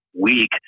weak